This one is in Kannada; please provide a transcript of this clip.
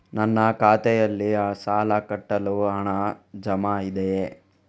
ನನ್ನ ಖಾತೆಯಲ್ಲಿ ಸಾಲ ಕಟ್ಟಲು ಹಣ ಜಮಾ ಇದೆಯೇ?